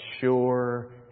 sure